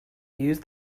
use